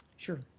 sure.